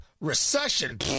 recession